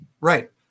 right